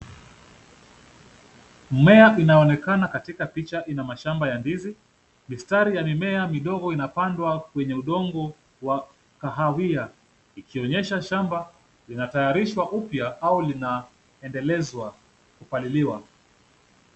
Mimea inaonekana katika picha ina mashamba ya ndizi. Mistari ya mimea midogo inapandwa kwenye udongo wa kahawia ikionyesha shamba linatayarishwa upya au linaendelezwa kupaliliwa.